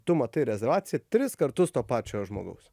tu matai rezervaciją tris kartus to pačio žmogaus